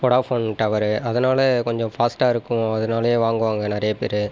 Vodafone tower அதனால் கொஞ்சம் ஃபாஸ்ட்டாக இருக்கும் அதனாலயும் வாங்குவாங்க நிறைய பேர்